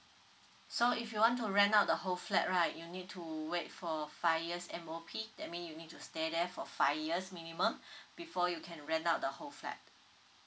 so if you want to rent out the whole flat right you need to wait for five years M_O_P that mean you need to stay there for five years minimum before you can rent out the whole flat